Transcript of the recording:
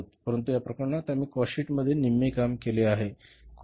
परंतु या प्रकरणात आम्ही काॅस्ट शीट मध्ये निम्मे काम केले आहे